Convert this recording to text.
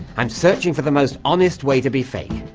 i'm searching for the most honest way to be fake,